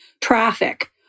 traffic